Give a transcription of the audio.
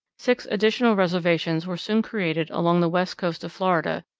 six additional reservations were soon created along the west coast of florida,